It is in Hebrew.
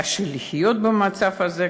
קשה לחיות במצב הזה,